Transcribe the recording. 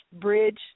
Bridge